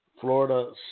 Florida